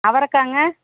அவரைக்காங்க